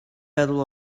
battle